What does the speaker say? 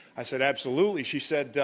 i said, absolutely. she said,